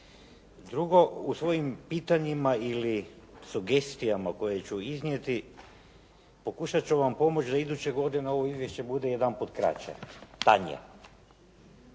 Drugo, u svojim pitanjima ili sugestijama koje ću iznijeti, pokušati ću vam pomoći da iduće godine ovo izvješće bude jedanput kraće, tanje.